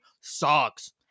sucks